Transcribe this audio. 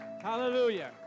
Hallelujah